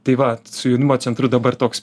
tai vat su jaunimo centru dabar toks